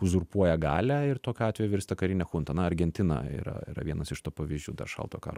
uzurpuoja galią ir tokiu atveju virsta karine chunta na argentina yra yra vienas iš to pavyzdžių dar šalto karo